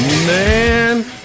Man